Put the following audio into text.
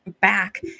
back